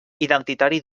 identitari